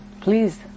please